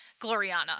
Gloriana